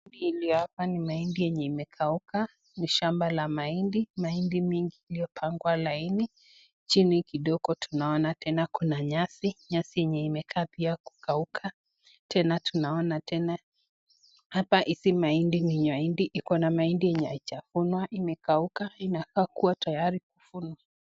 mbili hapa ni mahindi yenye imekauka, ni shamba la mahindi, mahindi mengi iliyopangwa laini. chini kidogo tunaona tena kuna nyasi, nyasi yenye imekaa pia kukauka. Tena tunaona tena hapa hizi mahindi ni mahindi iko na mahindi yenye haijavunwa, imekauka. inakaa kuwa tayari kuvunwa.